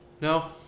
No